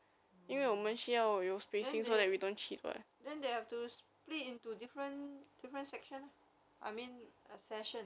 mm then they then they have to split into different different section lah I mean uh session